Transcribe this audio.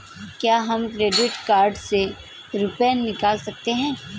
क्या हम credit card से रुपये निकाल सकते हैं?